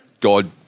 God